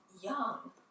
young